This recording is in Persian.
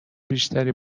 بیشتری